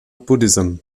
buddhism